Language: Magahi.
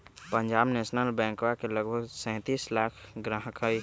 पंजाब नेशनल बैंकवा के लगभग सैंतीस लाख ग्राहक हई